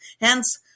hence